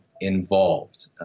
Involved